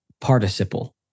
participle